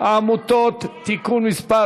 העמותות (תיקון מס'